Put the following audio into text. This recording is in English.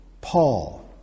Paul